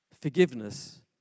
Forgiveness